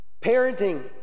Parenting